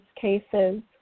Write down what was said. cases